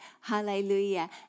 Hallelujah